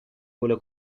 vuole